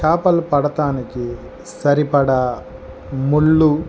చాపలు పడటానికి సరిపడా ముళ్ళు